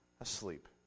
asleep